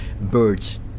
Birds